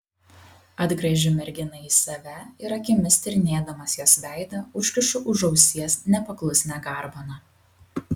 atgręžiu merginą į save ir akimis tyrinėdamas jos veidą užkišu už ausies nepaklusnią garbaną